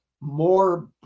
more